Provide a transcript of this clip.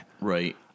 Right